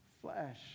flesh